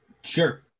Sure